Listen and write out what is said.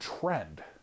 trend